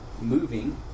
Moving